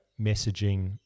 messaging